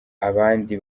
abandi